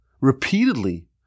repeatedly